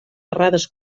errades